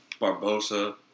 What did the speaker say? Barbosa